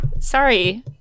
Sorry